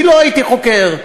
אני לא הייתי חוקר.